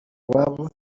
iwabo